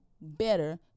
better